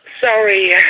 Sorry